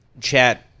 chat